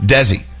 Desi